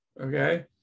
Okay